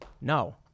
No